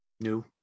new